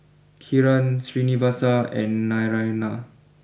Kiran Srinivasa and Naraina